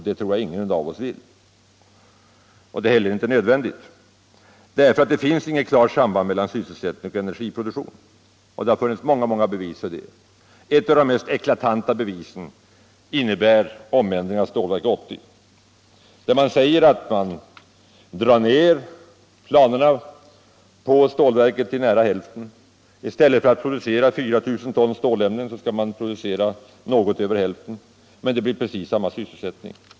Det tror jag ingen av oss vill, och det är heller inte nödvändigt, därför att det existerar inget klart samband mellan sysselsättning och energiproduktion. Det har funnits och finns många, många bevis för det. Ett av de mest eklatanta bevisen innebär omändringen av Stålverk 80. Det föreslås nu att man drar ner planerna på stålverket till nära hälften —- i stället för att producera 4 000 ton stålämnen skall verket producera något över hälften, men det blir precis samma sysselsättning.